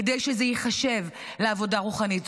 כדי שזה ייחשב לעבודה רוחנית.